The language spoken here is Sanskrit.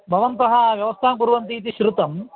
भवन्तः व्यवस्थां कुर्वन्ति इति श्रुतम्